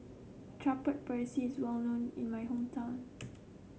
Chaat Papri is well known in my hometown